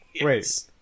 Wait